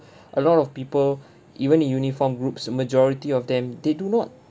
a lot of people even uniform groups majority of them they do not